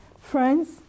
Friends